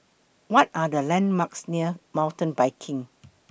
What Are The landmarks near Mountain Biking